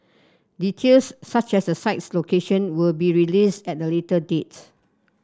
details such as the site's location will be released at a later date